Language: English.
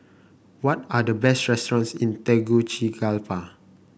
what are the best restaurants in Tegucigalpa